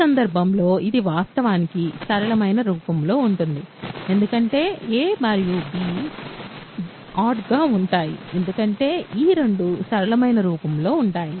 ఈ సందర్భంలో ఇది వాస్తవానికి సరళమైన రూపం లో ఉంటుంది ఎందుకంటే a మరియు b బేసి గా ఉంటాయి ఎందుకంటే ఈ రెండూ సరళమైన రూపం లో ఉంటాయి